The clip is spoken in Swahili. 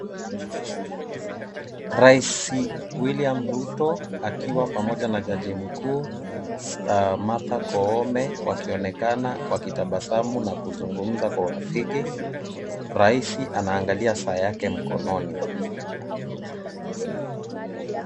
Raisi William Ruto akiwa pamoja na jaji mkuu Martha Koome, wakionekana wakitabasamu na kuzungumza kwa urafiki. Raisi anaangalia saa yake mkononi.